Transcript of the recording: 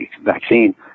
vaccine